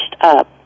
up